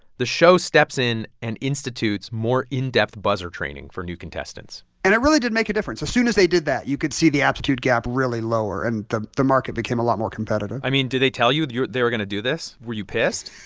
the show steps in and institutes more in-depth buzzer training for new contestants and it really did make a difference. as soon as they did that, you could see the aptitude gap really lower. and the the market became a lot more competitive i mean, did they tell you they were going to do this? were you pissed?